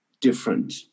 different